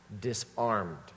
disarmed